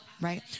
right